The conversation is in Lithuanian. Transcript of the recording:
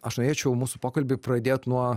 aš norėčiau mūsų pokalbį pradėt nuo